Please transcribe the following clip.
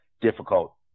difficult